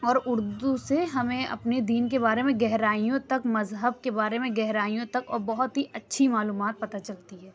اور اُردو سے ہمیں اپنے دین کے بارے میں گہرائیوں تک مذہب کے بارے میں گہرائیوں تک اور بہت ہی اچھی معلومات پتہ چلتی ہے